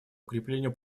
укреплению